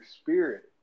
spirit